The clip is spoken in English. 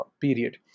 period